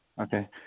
Okay